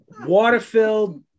water-filled